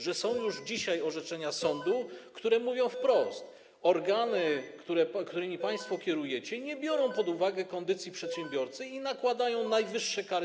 Że są już dzisiaj orzeczenia sądu, które mówią wprost, że organy, którymi państwo kierujecie, nie biorą pod uwagę kondycji przedsiębiorcy i z marszu nakładają najwyższe kary.